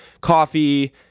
coffee